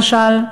למשל,